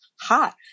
hot